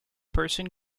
person